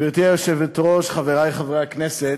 גברתי היושבת-ראש, חברי חברי הכנסת,